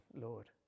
Lord